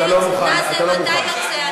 איך קוראים לו?